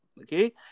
Okay